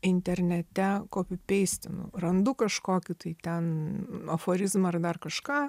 internete kopipeistinu randu kažkokių tai ten aforizmą ar dar kažką